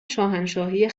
شاهنشاهی